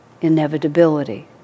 inevitability